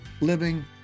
living